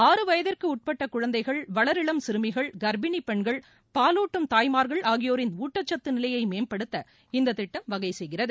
ஆறு வயதிற்கு உட்பட்ட குழந்தைகள் வளர் இளம் சிறுமிகள் கர்ப்பினி பெண்கள் பாலூட்டும் தாய்மார்கள் ஆகியோரின் ஊட்டச்சத்து நிலையை மேம்படுத்த இந்த திட்டம் வகை செய்கிறது